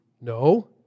No